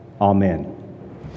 Amen